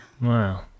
Wow